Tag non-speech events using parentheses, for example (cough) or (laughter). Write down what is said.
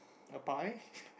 a pie (laughs)